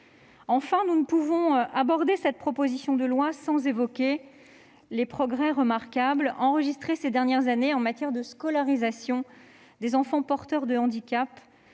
Enfin, nous ne pouvons aborder cette proposition de loi sans évoquer les remarquables progrès enregistrés au cours des dernières années en matière de scolarisation des enfants porteurs d'un handicap,